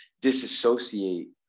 disassociate